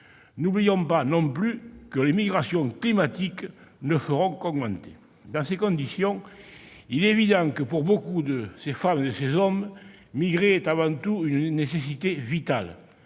N'oublions pas non plus que les migrations climatiques ne feront qu'augmenter. Dans ces conditions, il est évident que pour nombre de ces femmes et ces hommes, migrer est avant tout une nécessité vitale.